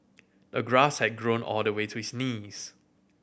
the grass had grown all the way to his knees